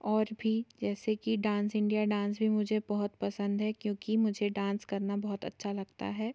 और भी जैसे कि डांस इंडिया डांस भी मुझे बहुत पसंद है क्योंकि मुझे डांस करना बहुत अच्छा लगता है